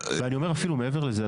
ואני אומר אפילו מעבר לזה,